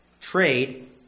trade